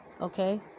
okay